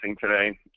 today